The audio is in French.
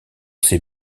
ses